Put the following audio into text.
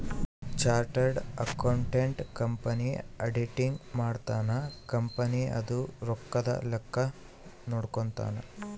chartered accountant company auditing ಮಾಡ್ತನ company ದು ರೊಕ್ಕದ ಲೆಕ್ಕ ನೋಡ್ಕೊತಾನ